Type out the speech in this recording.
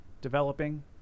developing